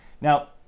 Now